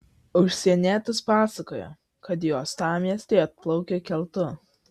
užsienietis pasakojo kad į uostamiestį atplaukė keltu